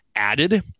added